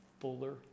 fuller